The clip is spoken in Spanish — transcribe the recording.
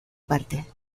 parte